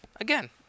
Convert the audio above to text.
again